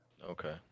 Okay